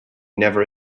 never